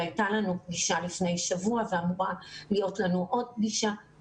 והייתה לנו פגישה לפני שבוע ואמורה להיות לנו עוד פגישה,